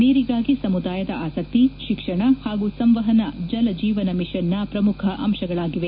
ನೀರಿಗಾಗಿ ಸಮುದಾಯದ ಆಸಕ್ತಿ ಶಿಕ್ಷಣ ಹಾಗೂ ಸಂವಹನ ಜಲಜೀವನ ಮೀಷನ್ನ ಪ್ರಮುಖ ಅಂಶಗಳಾಗಿವೆ